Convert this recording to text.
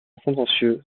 contentieux